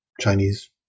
Chinese